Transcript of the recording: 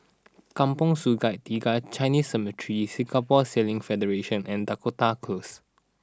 Kampong Sungai Tiga Chinese Cemetery Singapore Sailing Federation and Dakota Close